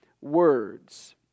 words